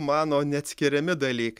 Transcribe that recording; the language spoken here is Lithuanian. mano neatskiriami dalykai